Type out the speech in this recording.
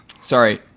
Sorry